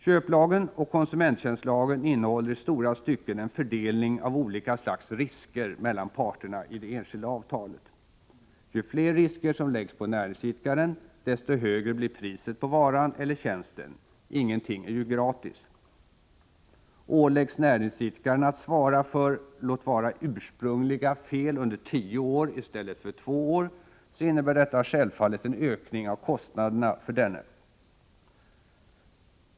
Köplagen och konsumenttjänstlagen innehåller i stora stycken en fördelning av olika slags risker mellan parterna i det enskilda avtalet. Ju fler risker som läggs på näringsidkaren, desto högre blir priset på varan eller tjänsten. Ingenting är ju gratis. Åläggs näringsidkaren att svara för — låt vara ursprungliga — fel under tio år i stället för två år, innebär detta självfallet en ökning av kostnaderna för denne.